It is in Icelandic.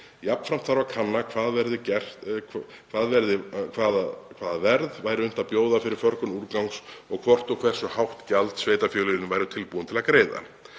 Jafnframt þarf að kanna hvaða verð væri unnt að bjóða fyrir förgun úrgangs og hvort og hversu hátt gjald sveitarfélögin væru tilbúin til að greiða.